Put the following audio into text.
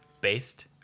based